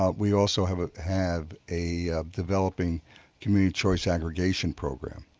ah we also have ah have a developing community choice aggregation program.